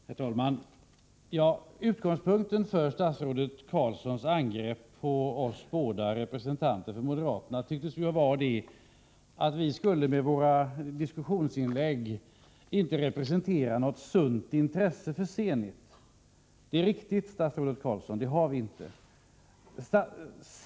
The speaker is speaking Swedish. Herr talman! Utgångspunkten för statsrådet Carlssons angrepp på oss båda moderater tycks vara att vi i våra diskussionsinlägg inte skulle representera något sunt intresse för Zenit. Det är riktigt, statsrådet Carlsson, att vi inte har något sådant intresse.